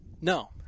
No